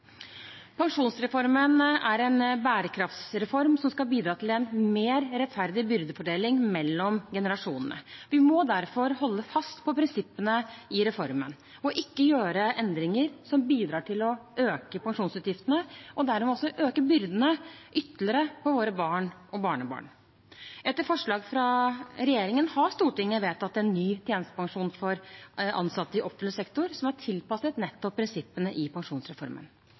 Pensjonsreformen er en bærekraftsreform som skal bidra til en mer rettferdig byrdefordeling mellom generasjonene. Vi må derfor holde fast på prinsippene i reformen, og ikke gjøre endringer som bidrar til å øke pensjonsutgiftene, og dermed også øke byrdene på våre barn og barnebarn ytterligere. Etter forslag fra regjeringen har Stortinget vedtatt en ny tjenestepensjon for ansatte i offentlig sektor som er tilpasset nettopp prinsippene i pensjonsreformen.